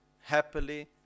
happily